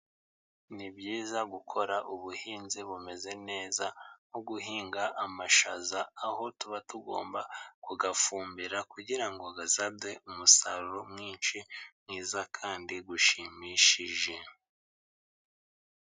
Ni byiza gukora ubuhinzi bumeze neza nko guhinga amashaza, aho tuba tugomba kuyafumbira, kugira ngo azaduhe umusaruro mwinshi mwiza kandi ushimishije.